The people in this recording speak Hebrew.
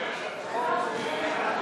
הצעת חוק